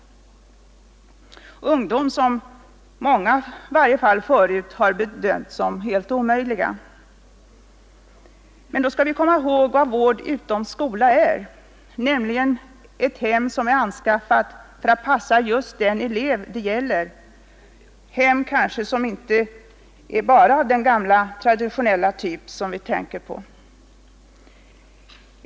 Det gäller ungdomar som i många fall tidigare bedömts som helt omöjliga. Men då skall vi komma ihåg vad vård utom skola är, nämligen ett hem som är anskaffat för att passa just den elev det gäller — hem kanske som inte är bara av den gamla traditionella typ som vi tänker på.